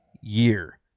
year